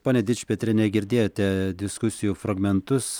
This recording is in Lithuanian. ponia dičpetriene girdėjote diskusijų fragmentus